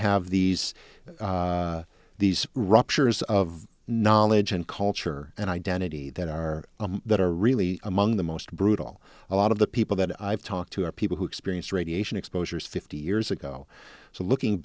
have these these ruptures of knowledge and culture and identity that are that are really among the most brutal a lot of the people that i've talked to are people who experienced radiation exposures fifty years ago so looking